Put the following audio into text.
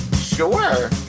Sure